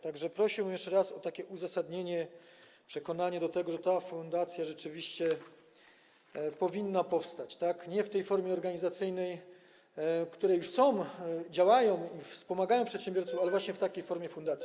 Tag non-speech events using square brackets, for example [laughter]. Tak że prosiłbym jeszcze raz o takie uzasadnienie, przekonanie do tego, że ta fundacja rzeczywiście powinna powstać, ale nie w tej formie organizacyjnej, która już jest, działa i wspomaga przedsiębiorców, [noise] tylko właśnie w takiej formie fundacji.